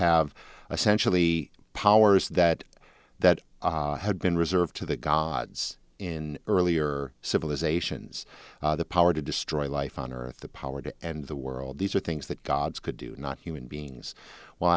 have essentially powers that that had been reserved to the gods in earlier civilizations the power to destroy life on earth the power to end the world these are things that gods could do not human beings w